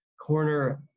corner